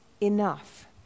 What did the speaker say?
enough